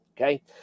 okay